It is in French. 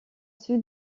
sus